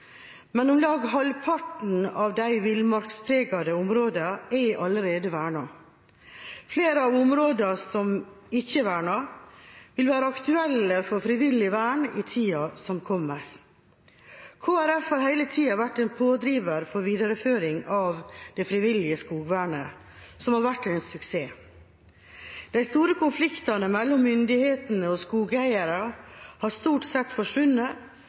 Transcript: men om lag halvparten av de villmarkspregede områdene er allerede vernet. Flere av områdene som ikke er vernet, vil være aktuelle for frivillig vern i tida som kommer. Kristelig Folkeparti har hele tida vært en pådriver for videreføring av det frivillige skogvernet, som har vært en suksess. De store konfliktene mellom myndigheter og skogeiere har stort sett forsvunnet,